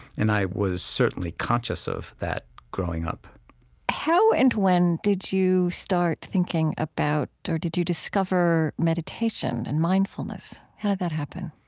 and i was certainly conscious of that growing up how and when did you start thinking about or did you discover meditation and mindfulness? how did that happen?